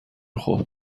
خوب